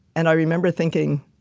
and i remember thinking,